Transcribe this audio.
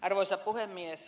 arvoisa puhemies